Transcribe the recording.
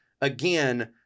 again